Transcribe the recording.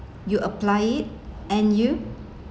you apply it and you